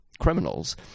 criminals